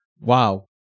Wow